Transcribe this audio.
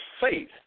faith